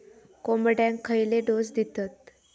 कोंबड्यांक खयले डोस दितत?